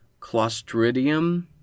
Clostridium